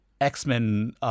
X-Men